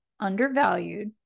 undervalued